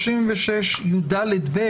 ב-136יד(ב),